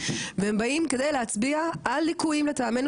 והם באים כדי להצביע על ליקויים לטעמנו